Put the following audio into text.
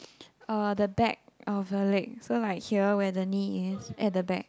uh the back of her leg so like here where the knee is at the back